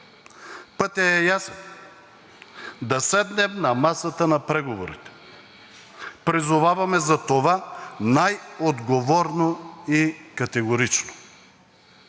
Пътят е ясен – да седнем на масата на преговорите. Призоваваме за това най-отговорно и категорично.